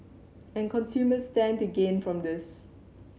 and consumers stand to gain from this